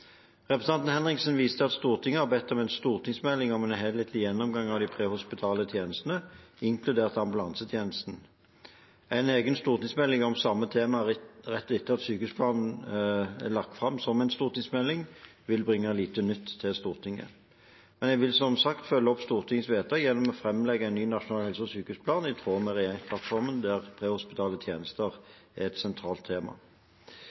Representanten Henriksen viser til at Stortinget har bedt om en stortingsmelding om en helhetlig gjennomgang av de prehospitale tjenestene, inkludert ambulansetjenesten. En egen stortingsmelding om samme tema rett etter at sykehusplanen er lagt fram som en stortingsmelding, vil bringe lite nytt til Stortinget. Men jeg vil som sagt følge opp Stortingets vedtak gjennom å framlegge en ny nasjonal helse- og sykehusplan, i tråd med regjeringsplattformen, der prehospitale tjenester er et sentralt tema.